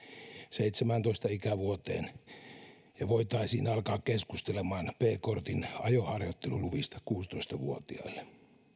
seitsemääntoista ikävuoteen ja voitaisiin alkaa keskustelemaan b kortin ajoharjoitteluluvista kuusitoista vuotiaille